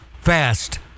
Fast